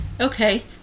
okay